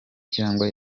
cyangwa